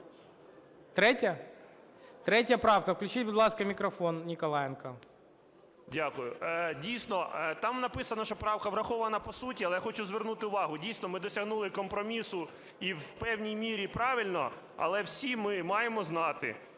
3-я? 3 правка, включіть, будь ласка, мікрофон, Ніколаєнко. 17:14:33 НІКОЛАЄНКО А.І. Дякую. Дійсно, там написано, що правка врахована по суті. Але хочу звернути увагу, дійсно, ми досягнули компромісу і в певній мірі правильно. Але всі ми маємо знати,